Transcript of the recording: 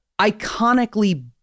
iconically